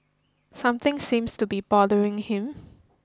something seems to be bothering him